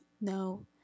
no